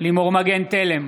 לימור מגן תלם,